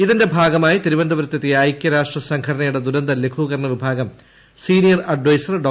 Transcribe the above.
ഇതിന്റെ ഭാഗമായി ത്വിരുവിനന്തപുരത്ത് എത്തിയ ഐകൃരാഷ്ട്ര സംഘ്ടന്റയുടെ ദുരന്ത ലഘൂകരണവിഭാഗം സീനിയർ അഡൈസർ ഡോ